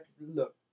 look